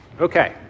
Okay